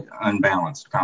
unbalanced